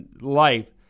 life